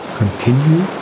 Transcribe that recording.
continue